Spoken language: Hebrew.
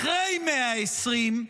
אחרי 120,